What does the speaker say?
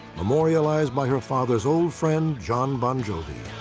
memorialized by her father's old friend, jon bon jovi.